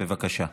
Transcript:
בבקשה.